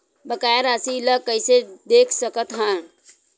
बकाया राशि ला कइसे देख सकत हान?